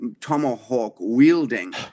tomahawk-wielding